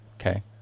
Okay